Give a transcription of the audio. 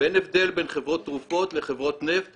ואין הבדל בין חברות תרופות לחברות נפט